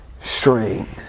strength